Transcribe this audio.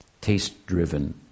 taste-driven